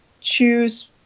choose